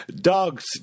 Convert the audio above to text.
dogs